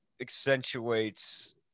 accentuates